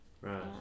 Right